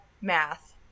math